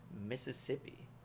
Mississippi